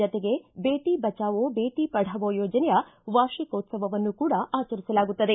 ಜತೆಗೆ ದೇಟ ಬಚಾವೋ ಬೇಟ ಪಢಾವೋ ಯೋಜನೆಯ ವಾರ್ಷಿಕೋತ್ಸವವನ್ನೂ ಕೂಡ ಆಚರಿಸಲಾಗುತ್ತದೆ